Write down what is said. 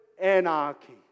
anarchy